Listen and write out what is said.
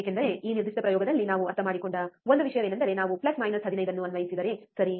ಏಕೆಂದರೆ ಈ ನಿರ್ದಿಷ್ಟ ಪ್ರಯೋಗದಲ್ಲಿ ನಾವು ಅರ್ಥಮಾಡಿಕೊಂಡ ಒಂದು ವಿಷಯವೆಂದರೆ ನಾವು ಪ್ಲಸ್ ಮೈನಸ್ 15 ಅನ್ನು ಅನ್ವಯಿಸಿದರೆ ಸರಿ